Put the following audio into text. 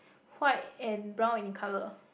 white and brown in colour